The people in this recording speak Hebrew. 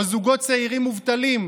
וזוגות צעירים מובטלים,